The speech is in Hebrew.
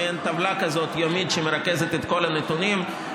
מעין טבלה כזאת יומית שמרכזת את כל הנתונים.